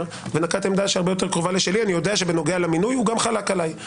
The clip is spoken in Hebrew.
ונקט עמדה יותר קרובה לשלי אני יודע שבעניין מינוי יועצים